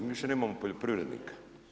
Mi više nemamo poljoprivrednika.